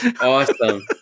awesome